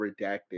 redacted